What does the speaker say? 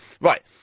Right